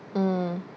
mm